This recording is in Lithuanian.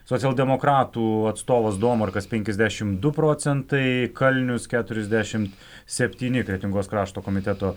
socialdemokratų atstovas domarkas penkiasdešimt du procentai kalnius keturiasdešimt septyni kretingos krašto komiteto